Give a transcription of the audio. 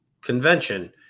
convention